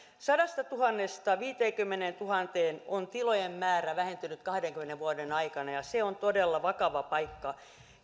sadastatuhannesta viiteenkymmeneentuhanteen on tilojen määrä vähentynyt kahdenkymmenen vuoden aikana ja se on todella vakava paikka